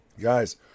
guys